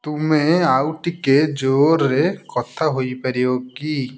ତୁମେ ଆଉ ଟିକେ ଜୋରରେ କଥା ହୋଇପାରିବ କି